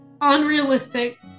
Unrealistic